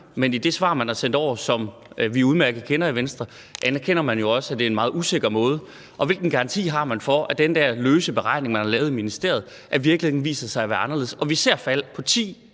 Men i det svar, man har sendt over, og som vi udmærket kender i Venstre, anerkender man jo også, at det er en meget usikker måde. Og hvilken garanti har man for, at den der løse beregning, man har lavet i ministeriet, viser sig at være anderledes i virkeligheden.